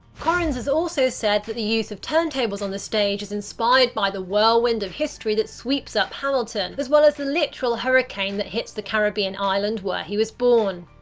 korins has also said that the use of turntables on the stage is inspired by the whirlwind of history that sweeps up hamilton, as well as the literal hurricane that hits the caribbean island where he was born.